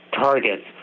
targets